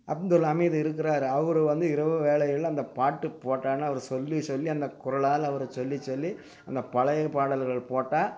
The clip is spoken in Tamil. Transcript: அப்துல் அமீது இருக்கிறாரு அவரு வந்து இரவு வேளையில் அந்தப் பாட்டு போட்டார்னால் அவரு சொல்லிச் சொல்லி அந்த குரலால் அவரு சொல்லிச் சொல்லி அந்தப் பழையப் பாடல்கள் போட்டால்